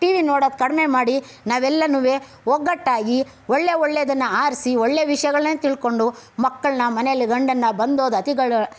T V ನೋಡೋದು ಕಡಿಮೆ ಮಾಡಿ ನಾವೆಲ್ಲರೂ ಒಗ್ಗಟ್ಟಾಗಿ ಒಳ್ಳೆ ಒಳ್ಳೆಯದನ್ನ ಆರಿಸಿ ಒಳ್ಳೆ ವಿಷಯಗಳನ್ನೆ ತಿಳ್ಕೊಂಡು ಮಕ್ಕಳನ್ನ ಮನೆಯಲ್ಲಿ ಗಂಡನ್ನ ಬಂದೋದ ಅತಿಗಳ್